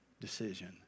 decision